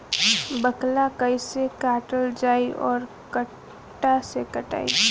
बाकला कईसे काटल जाई औरो कट्ठा से कटाई?